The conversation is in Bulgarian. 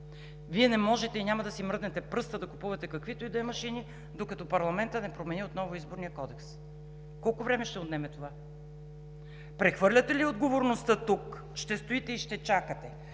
Вие не можете и няма да си мръднете пръста да купувате каквито и да е машини, докато парламентът не промени отново Изборния кодекс. Колко време ще отнеме това? Прехвърляте ли отговорността тук? Ще стоите и ще чакате